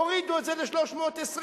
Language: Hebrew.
הורידו את זה ל-320,